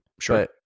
Sure